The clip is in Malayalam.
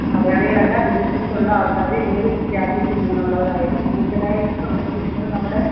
മലയാളികളല്ല വിദേശത്തുള്ള ആൾക്കാർ ഏതു രാജ്യത്തിൽ നിന്നുള്ളവരായാലും കൂടുതലായിട്ട് സന്ദർശിക്കുന്നത് നമ്മുടെ